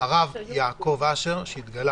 הרב יעקב אשר, שהתגלה